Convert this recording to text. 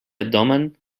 abdomen